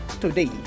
today